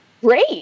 Great